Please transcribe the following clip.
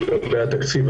לגבי התקציב,